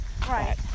Right